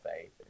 faith